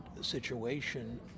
situation